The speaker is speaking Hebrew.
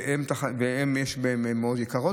והם גם יקרים מאוד,